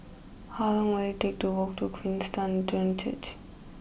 how long will it take to walk to Queenstown Church